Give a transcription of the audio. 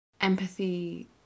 empathy